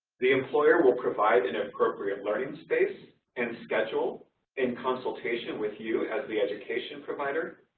the employer will provide an appropriate learning space and schedule in consultation with you as the education provider.